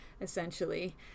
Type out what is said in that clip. essentially